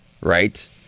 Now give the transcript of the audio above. right